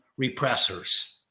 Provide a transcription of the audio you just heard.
repressors